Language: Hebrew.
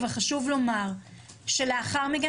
אבל חשוב לומר שלאחר מכן,